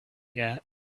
yet